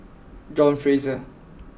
John Fraser